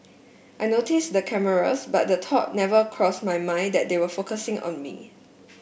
I noticed the cameras but the thought never crossed my mind that they were focusing on me